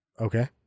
Okay